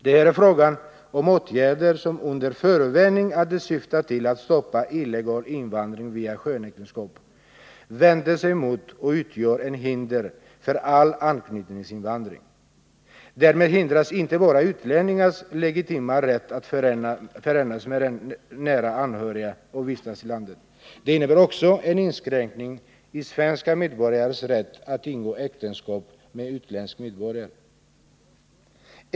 Det är här fråga om åtgärder som, under förevändning att de syftar till att stoppa illegal invandring via skenäktenskap, vänder sig mot och utgör ett hinder för all anknytningsinvandring. Därmed hindras inte bara utlänningars legitima rätt att förenas med nära anhöriga som vistas i utlandet, det innebär också en inskränkning i svenska medborgares rätt att ingå äktenskap med utländsk medborgare.